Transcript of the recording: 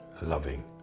loving